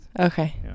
Okay